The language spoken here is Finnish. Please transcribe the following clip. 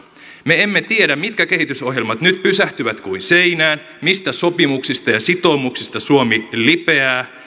me emme tiedä mitkä kehitysohjelmat nyt pysähtyvät kuin seinään mistä sopimuksista ja sitoumuksista suomi lipeää